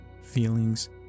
feelings